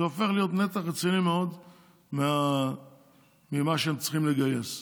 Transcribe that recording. וזה הופך להיות נתח רציני מאוד ממה שהם צריכים לגייס.